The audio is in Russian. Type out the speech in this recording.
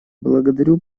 благодарю